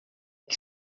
que